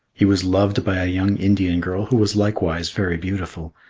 he was loved by a young indian girl who was likewise very beautiful.